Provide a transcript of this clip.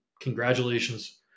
Congratulations